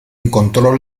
encontró